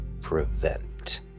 prevent